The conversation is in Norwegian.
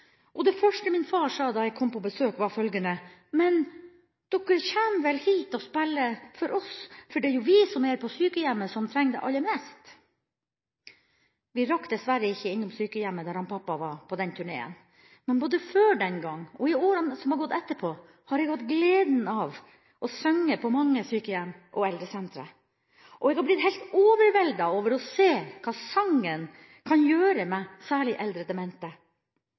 og det første min far sa da jeg kom på besøk, var følgende: «Men dokker kjem vel hit og speller for oss, for det e jo vi her på sykehjemmet som treng det aller mest.» Vi rakk dessverre ikke innom sykehjemmet der min pappa var på den turneen, men både før den gangen og i årene etterpå har jeg hatt gleden av å synge på mange sykehjem og eldresentre, og jeg har blitt helt overveldet over å se hva sangen kan gjøre med særlig eldre demente.